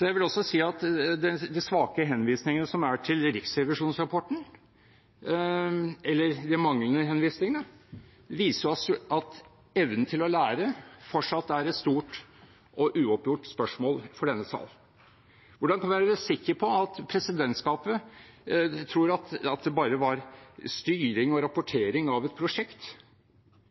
Jeg vil også si at de svake – eller manglende – henvisningene som er til riksrevisjonsrapporten, viser at evnen til å lære fortsatt er et stort og uoppgjort spørsmål for denne sal. Hvordan kan vi være sikre på at presidentskapet tror at det bare var styring og rapportering av et prosjekt